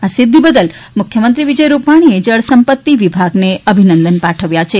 આ સિદ્ધિ બદ્દલ મુખ્યમંત્રી વિજય રૂપાણીએ જળસંપત્તિ વિભાગને અભિનંદન પાઠવ્યા છે